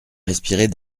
respirer